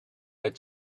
read